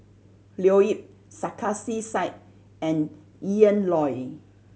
Leo Yip Sarkasi Said and Ian Loy